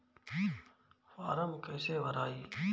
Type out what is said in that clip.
Form कईसे भराई?